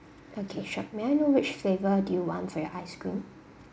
okay sure may I know which flavour do you want for your ice cream